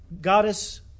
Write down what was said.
goddess